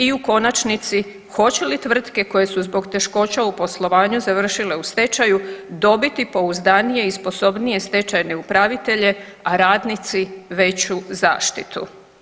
I u konačnici hoće li tvrtke koje su zbog teškoća u poslovanju završile u stečaju dobiti pouzdanije i sposobnije stečajne upravitelje, a radnici veću zaštitu?